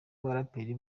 baraperi